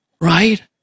right